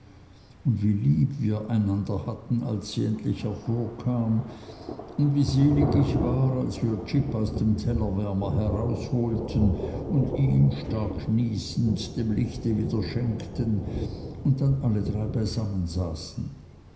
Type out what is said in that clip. und wie lieb wir einander hatten als sie endlich hervorkam und wie selig ich war als wir jip aus dem tellerwärmer herausholten und ihn stark niesend dem lichte wieder schenkten und dann alle drei beisammen saßen